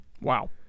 Wow